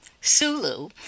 Sulu